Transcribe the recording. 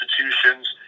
institutions